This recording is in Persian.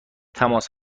تماس